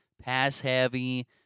pass-heavy